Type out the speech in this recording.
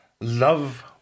Love